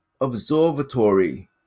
observatory